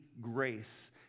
grace